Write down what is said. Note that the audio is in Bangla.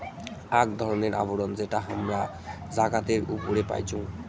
আক ধরণের আবরণ যেটা হামরা জাগাতের উপরে পাইচুং